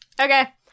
Okay